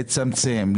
לצמצם,